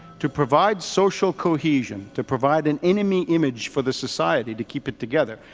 to provide social cohesion, to provide an enemy image for the society, to keep it together.